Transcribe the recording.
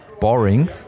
boring